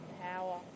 power